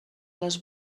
les